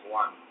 one